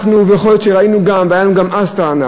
ויכול להיות שראינו גם והייתה לנו גם אז טענה